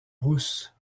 rousse